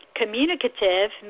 communicative